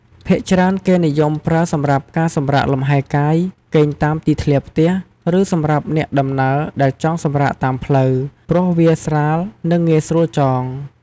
ភាគច្រើនគេនិយមប្រើសម្រាប់ការសម្រាកលំហែកាយ គេងតាមទីធ្លាផ្ទះ ឬសម្រាប់អ្នកដំណើរដែលចង់សម្រាកតាមផ្លូវ ព្រោះវាស្រាល និងងាយស្រួលចង។